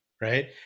right